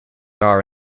are